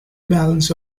balance